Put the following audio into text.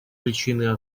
причиной